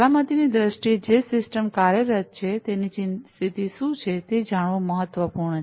સલામતીની દ્રષ્ટિએ જે સિસ્ટમ કાર્યરત છે તેની સ્થિતિ શું છે તે જાણવું મહત્વપૂર્ણ છે